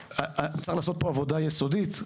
צריך לעשות פה עבודה יסודית,